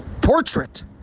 portrait